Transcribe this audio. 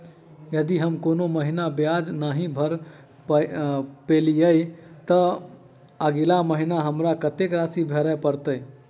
यदि हम कोनो महीना ब्याज नहि भर पेलीअइ, तऽ अगिला महीना हमरा कत्तेक राशि भर पड़तय?